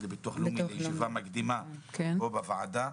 לביטוח לאומי לישיבה מקדימה פה בוועדה,